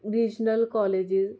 regional college